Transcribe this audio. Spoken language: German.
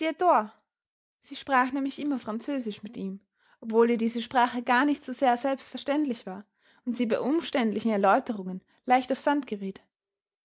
sie sprach nämlich immer französisch mit ihm obwohl ihr diese sprache gar nicht so sehr selbstverständlich war und sie bei umständlichen erläuterungen leicht auf sand geriet